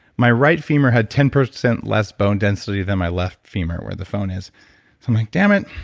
my right femur had ten percent less bone density than my left femur where the phone is. i'm like dammit.